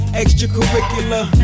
extracurricular